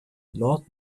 lord